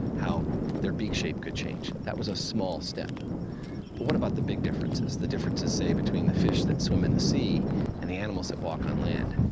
how their beak shape could change. that was a small step. but what about the big differences, the differences, say, between the fish that swim in the sea and the animals that walk on land?